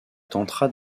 tentera